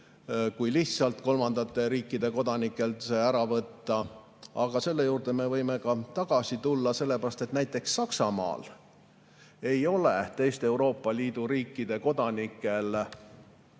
kui lihtsalt kolmandate riikide kodanikelt see ära võtta. Aga selle juurde me võime ka tagasi tulla, sellepärast et näiteks Saksamaal ei ole teiste Euroopa Liidu riikide kodanikel